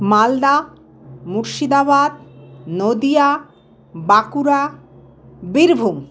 Malda Murshidabad Nadia Bankura Birbhum